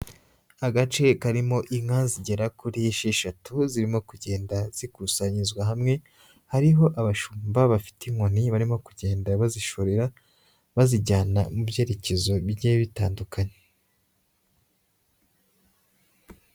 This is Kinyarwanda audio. Agace karimo inka zigera kuri esheshatu, zirimo kugenda zikusanyirizwa hamwe, hariho abashumba bafite inkoni barimo kugenda bazishorera, bazijyana mu byerekezo bigiye bitandukanye.